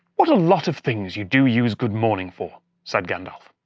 what a lot of things you do use good morning for said gandalf.